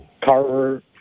Carver